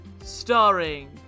Starring